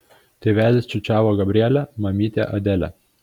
tėvelis čiūčiavo gabrielę mamytė adelę